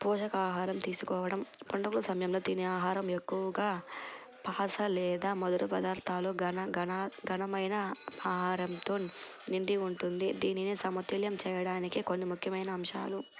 పోషక ఆహారం తీసుకోవడం పండుగల సమయంలో దీని ఆహారం ఎక్కువగా పాశ లేదా మధుర పదార్థాలు ఘన న ఘనమైన ఆహారంతో నిండి ఉంటుంది దీనిని సమతుల్యం చేయడానికి కొన్ని ముఖ్యమైన అంశాలు